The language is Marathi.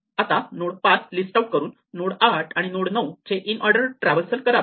आता नोड 5 लिस्ट आऊट करून नोड 8 आणि नोड 9 चे इनऑर्डर ट्रॅव्हल्सल करावे